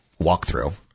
walkthrough